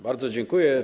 Bardzo dziękuję.